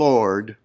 Lord